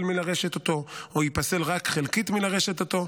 מלרשת אותו או ייפסל רק חלקית מלרשת אותו,